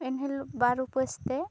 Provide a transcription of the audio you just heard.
ᱮᱱ ᱦᱤᱞᱳᱜ ᱵᱟᱨ ᱩᱯᱟᱹᱥ ᱛᱮ